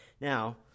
Now